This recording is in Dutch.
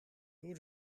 door